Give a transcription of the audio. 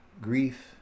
grief